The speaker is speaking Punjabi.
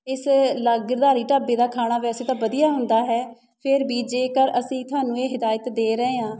ਇਸ ਲਗ ਗਿਰਧਾਰੀ ਢਾਬੇ ਦਾ ਖਾਣਾ ਵੈਸੇ ਤਾਂ ਵਧੀਆ ਹੁੰਦਾ ਹੈ ਫਿਰ ਵੀ ਜੇਕਰ ਅਸੀਂ ਤੁਹਾਨੂੰ ਇਹ ਹਿਦਾਇਤ ਦੇ ਰਹੇ ਹਾਂ